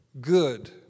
good